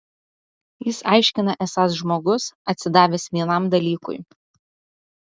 jis aiškina esąs žmogus atsidavęs vienam dalykui